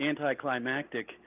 anticlimactic